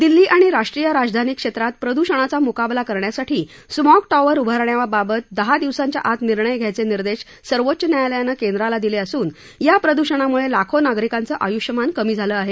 दिल्ली आणि राष्ट्रीय राजधानी क्षेत्रात प्रदूषणाचा मुकाबला करण्यासाठी स्मॉग टॉवर उभारण्याबाबत दहा दिवसांच्या आत निर्णय घ्यायचे निर्देश सर्वोच्च न्यायालयानं केंद्राला दिले असून या प्रदूषणामुळे लाखो नागरिकांचं आयुष्यमान कमी झालं आहे